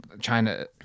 China